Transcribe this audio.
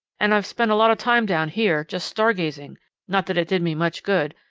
and i've spent a lot of time down here, just star-gazing not that it did me much good.